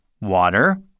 water